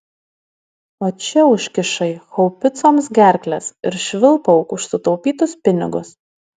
o čia užkišai haubicoms gerkles ir švilpauk už sutaupytus pinigus